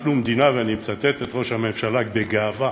אנחנו מדינה, ואני מצטט את ראש הממשלה בגאווה,